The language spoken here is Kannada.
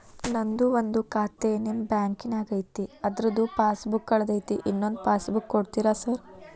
ನಂದು ಒಂದು ಖಾತೆ ನಿಮ್ಮ ಬ್ಯಾಂಕಿನಾಗ್ ಐತಿ ಅದ್ರದು ಪಾಸ್ ಬುಕ್ ಕಳೆದೈತ್ರಿ ಇನ್ನೊಂದ್ ಪಾಸ್ ಬುಕ್ ಕೂಡ್ತೇರಾ ಸರ್?